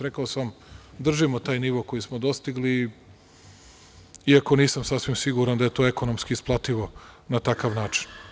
Rekao sam vam, držimo taj nivo koji smo dostigli, iako nisam sasvim siguran da je to ekonomski isplativo na takav način.